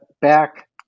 back